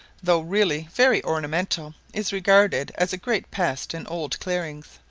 though really very ornamental, is regarded as a great pest in old clearings,